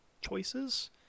choices